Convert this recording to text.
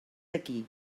aquí